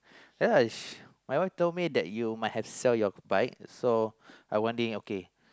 ya my wife told me that you might have to sell your bike so I wondering okay